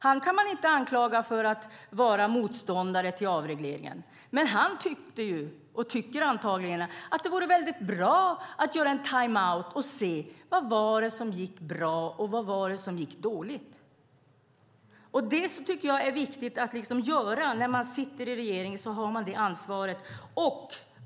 Honom kan man inte anklaga för att vara motståndare till avregleringen. Han tyckte, och tycker antagligen fortfarande, att det vore bra att ta time-out och se vad det var som gick bra och vad som gick dåligt. Det tycker jag är viktigt att göra. När man sitter i regeringen har man det ansvaret.